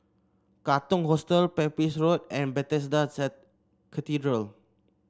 Katong Hostel Pepys Road and Bethesda Cathedral